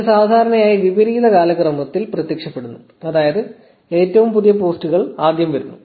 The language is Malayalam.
ഇത് സാധാരണയായി വിപരീത കാലക്രമത്തിൽ പ്രത്യക്ഷപ്പെടുന്നു അതായത് ഏറ്റവും പുതിയ പോസ്റ്റുകൾ ആദ്യം വരുന്നു